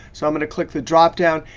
so i'm going to click the drop down.